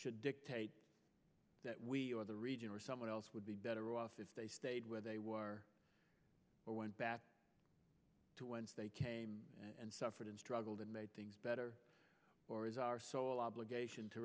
should dictate that we or the region or someone else would be better off if they stayed where they were or went back to whence they and suffered and struggled and made things better or is our sole obligation to